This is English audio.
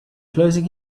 closing